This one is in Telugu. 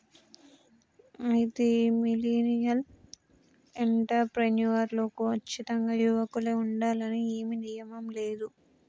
అయితే ఈ మిలినియల్ ఎంటర్ ప్రెన్యుర్ లో కచ్చితంగా యువకులే ఉండాలని ఏమీ నియమం లేదు